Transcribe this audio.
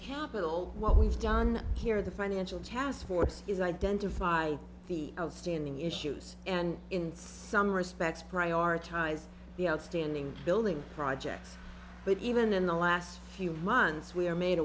capital what we've done here the financial taskforce is identify the outstanding issues and in some respects prioritize the outstanding building projects but even in the last few months we're made